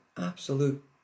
absolute